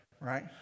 right